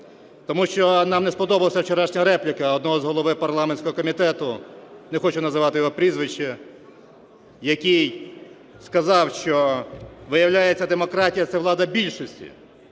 Тому що нам не сподобалася вчорашня репліка одного з голів парламентського комітету, не хочу називати його прізвище, який сказав, що, виявляється, демократія – це влада більшості,